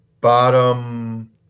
bottom